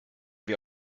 wir